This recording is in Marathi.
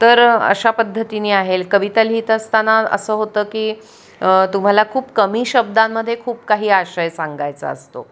तर अशा पद्धतीनी आहे कविता लिहित असताना असं होतं की तुम्हाला खूप कमी शब्दांमध्ये खूप काही आशय सांगायचा असतो